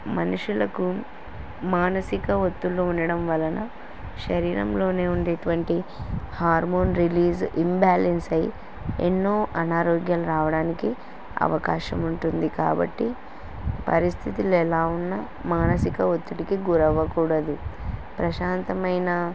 మనుషులకు మానసిక ఒత్తిడులు ఉండడం వలన శరీరంలోనే ఉండేటువంటి హార్మోన్ రిలీజ్ ఇంబ్యాలెన్స్ అయి ఎన్నో అనారోగ్యాలు రావడానికి అవకాశం ఉంటుంది కాబట్టి పరిస్థితులు ఎలా ఉన్న మానసిక ఒత్తిడికి గురి అవ్వకూడదు ప్రశాంతమైన